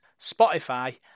Spotify